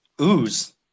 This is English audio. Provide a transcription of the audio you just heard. Ooze